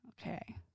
Okay